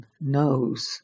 knows